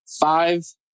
five